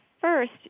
first